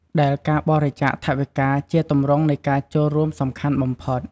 ដែលការបរិច្ចាគថវិកា ជាទម្រង់នៃការចូលរួមសំខាន់បំផុត។